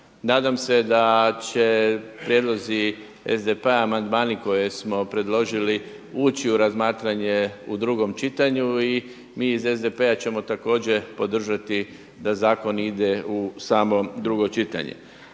Nadam se da će prijedlozi SDP-a, amandmani koje smo predložili ući u razmatranje u drugom čitanju i mi iz SDP-a ćemo također podržati da zakon ide u samo drugo čitanje.